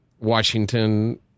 Washington